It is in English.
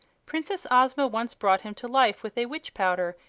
princess ozma once brought him to life with a witch-powder,